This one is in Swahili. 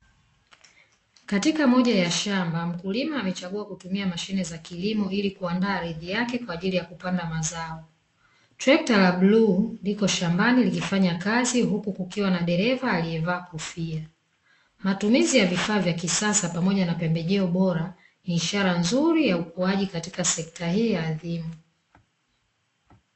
Katika moja ya shamba mkulima amechagua kutumia mashine za kilimo ilikuandaa ardhi yake kwa ajili ya kupanda mazao. Trekta la bluu liko shambani likifanya kazi huku kukiwa na dereva aliyevaa kofia. Matumizi ya vifaa vya kisasa pamoja na pembejeo bora ni ishara nzuri ya ukuaji katika sekta hii ya adhimu.